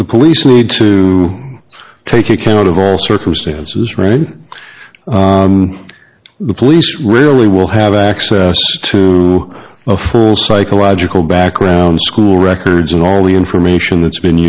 police need to take account of all circumstances read the police really will have access to of psychological background school records and all the information that's been